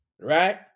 right